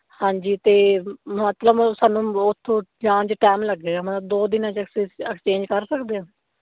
ਹਾਂਜੀ ਅਤੇ ਮਤਲਬ ਸਾਨੂੰ ਉੱਥੋਂ ਜਾਣ 'ਚ ਟਾਈਮ ਲੱਗੇਗਾ ਮਤਲਬ ਦੋ ਦਿਨਾਂ 'ਚ ਅਸੀਂ ਅਕਸਚੇਂਜ ਕਰ ਸਕਦੇ ਹਾਂ